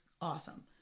awesome